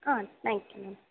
ah thank you ma'am